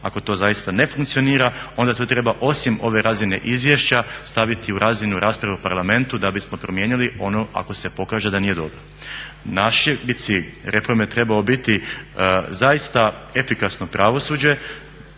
ako to zaista ne funkcionira onda to treba osim ove razine izvješća staviti u razinu rasprave u Parlamentu da bismo promijenili ono ako se pokaže da nije dobro. Naši bi cilj reforme trebao biti zaista efikasno pravosuđe,